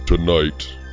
Tonight